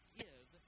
give